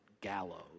gallows